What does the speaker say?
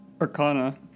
Arcana